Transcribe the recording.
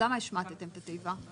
למה השמטתם את התיבה?